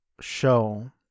show